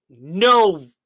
No